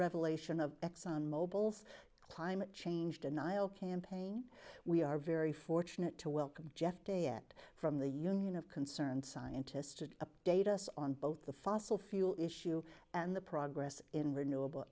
revelation of exxon mobil's climate change denial campaign we are very fortunate to welcome jeff day yet from the union of concerned scientists to update us on both the fossil fuel issue and the progress in renewa